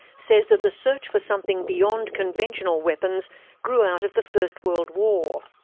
says that the search for something beyond conventional weapons grew out of the first world war.